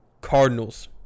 Cardinals